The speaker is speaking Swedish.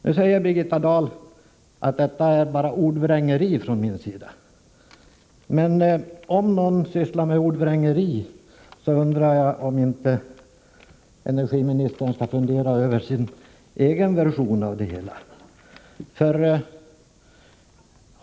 Nu sade Birgitta Dahl att detta bara var ordvrängeri från min sida. Men på tal om ordvrängeri undrar jag om inte energiministern bör fundera över sin egen version av det hela.